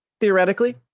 theoretically